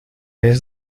vez